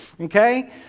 okay